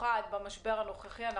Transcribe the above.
במיוחד במשבר הנוכחי,